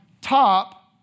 top